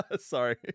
Sorry